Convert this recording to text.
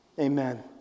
Amen